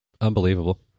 Unbelievable